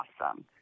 awesome